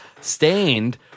stained